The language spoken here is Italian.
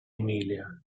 emilia